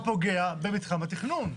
במתחם התכנון.